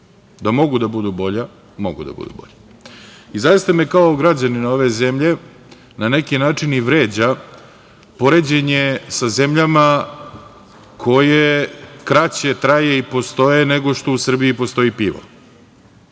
Da mogu da budu bolja, mogu da budu bolja. I zaista me kao građanina ove zemlje na neki način i vređa poređenje sa zemljama koje kraće traju i postoje nego što u Srbiji postoji pivo. Prema